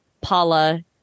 Paula